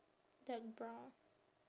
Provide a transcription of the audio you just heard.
dark brown